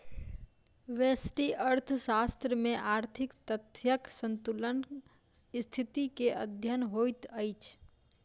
व्यष्टि अर्थशास्त्र में आर्थिक तथ्यक संतुलनक स्थिति के अध्ययन होइत अछि